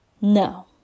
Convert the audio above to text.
No